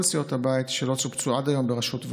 סיעות הבית שלא שובצו עד היום בראשות ועדות.